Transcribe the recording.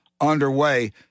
underway